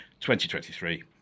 2023